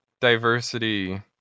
diversity